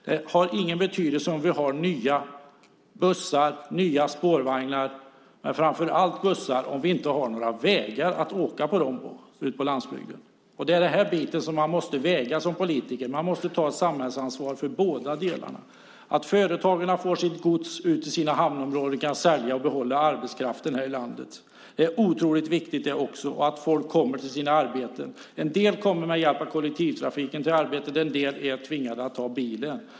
Det har ingen betydelse om vi har nya bussar, framför allt, och nya spårvagnar om vi inte har några vägar att åka med dem på ute på landsbygden. Det är de här bitarna som man måste väga som politiker. Man måste ta ett samhällsansvar för båda delarna. Det är otroligt viktigt att företagarna får sitt gods ut till hamnområdena, att de kan sälja och behålla arbetskraften här i landet. Det är viktigt att folk kommer till sina arbeten. En del kommer dit med hjälp av kollektivtrafiken, och en del är tvingade att ta bilen.